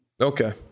Okay